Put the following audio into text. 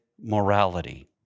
morality